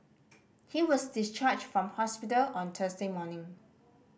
he was discharged from hospital on Thursday morning